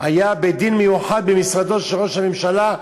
היה בית-דין מיוחד במשרדו של ראש הממשלה,